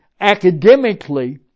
academically